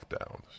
lockdowns